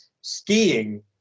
skiing